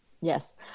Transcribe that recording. Yes